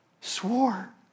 Swore